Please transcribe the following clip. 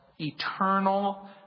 eternal